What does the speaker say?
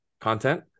content